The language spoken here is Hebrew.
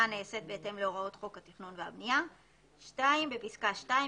נעשית בהתאם להוראות חוק התכנון והבניה,"; (2) בפסקה (2),